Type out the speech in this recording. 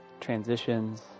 transitions